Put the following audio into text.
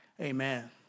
Amen